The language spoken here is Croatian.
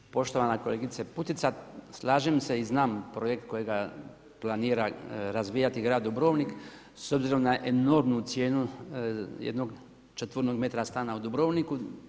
Poštovana kolegice Putica, slažem se i znam projekt kojega planira razvijati grad Dubrovnik s obzirom na enormnu cijenu jednog četvornog metra stana u Dubrovniku.